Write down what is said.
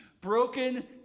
Broken